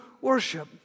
worship